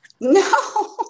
No